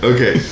Okay